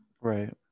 Right